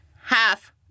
half